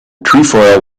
trefoil